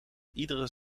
iedere